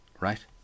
right